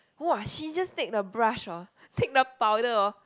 !wah! she just take the brush oh take the powder oh